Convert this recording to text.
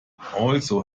also